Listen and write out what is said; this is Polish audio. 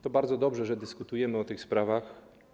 To bardzo dobrze, że dyskutujemy o tych sprawach.